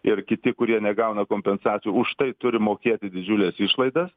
ir kiti kurie negauna kompensacijų už tai turi mokėti didžiules išlaidas